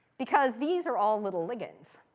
because these are all little ligands.